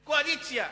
קואליציה,